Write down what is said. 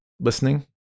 listening